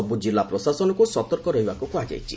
ସବୁ କିଲ୍ଲା ପ୍ରଶାସନକୁ ସତର୍କ ରହିବାକୁ କୁହାଯାଇଛି